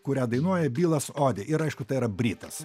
kurią dainuoja bylas odi ir aišku tai yra britas